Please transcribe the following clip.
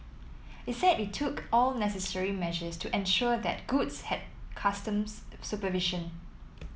it said it took all necessary measures to ensure that goods had customs supervision